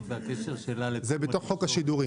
ועל הקשר שלה --- זה בחוק השידורים.